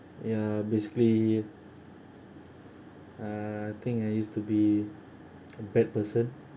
ya basically uh I think I used to be a bad person